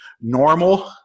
normal